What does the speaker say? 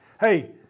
Hey